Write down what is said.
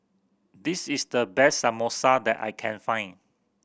this is the best Samosa that I can find